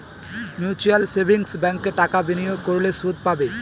mutual savings ব্যাঙ্কে টাকা বিনিয়োগ করলে সুদ পাবে